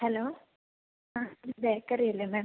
hello ആ ഇത് bakery അല്ലേ മാം